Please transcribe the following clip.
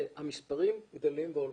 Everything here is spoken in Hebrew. המספרים גדלים והולכים,